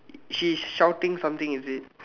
she's shouting something is it